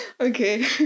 Okay